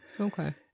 Okay